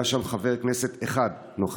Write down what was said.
לא היה שם חבר כנסת אחד נוכח,